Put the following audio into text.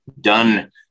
done